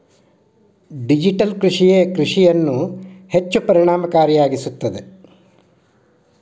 digital ಕೃಷಿಯೇ ಕೃಷಿಯನ್ನು ಹೆಚ್ಚು ಪರಿಣಾಮಕಾರಿಯಾಗಿಸುತ್ತದೆ